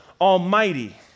Almighty